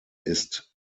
ist